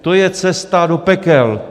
To je cesta do pekel.